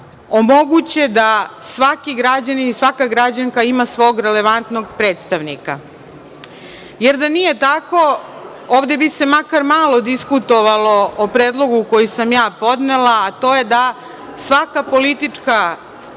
omoguće da svaki građanin i svaka građanka ima svog relevantnog predstavnika. Jer, da nije tako ovde bi se makar malo diskutovalo o predlogu koji sam ja podnela, a to je da svaka politička grupacija